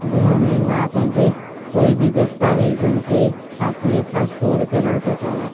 जंहिं में मां पंहिंजे कोई बि दस्तावेज़नि खे ख़ातिरीअ सां स्टोर करण थो चाहियां